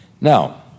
Now